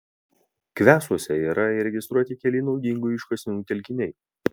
kvesuose yra įregistruoti keli naudingųjų iškasenų telkiniai